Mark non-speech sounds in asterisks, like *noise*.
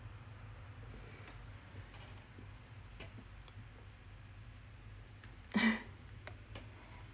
*laughs*